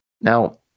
Now